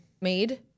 made